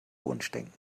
wunschdenken